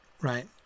right